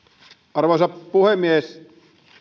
arvoisa puhemies